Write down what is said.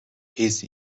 his